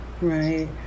Right